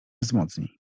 wzmocni